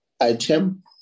item